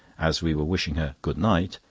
as we were wishing her good-night,